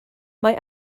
mae